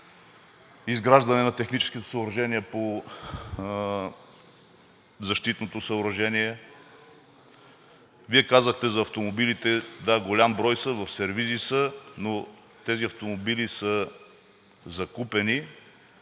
изграждане на техническите съоръжения по защитното съоръжение. Вие казахте за автомобилите – да, голям брой са, в сервизи са, но тези автомобили са закупени,